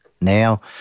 now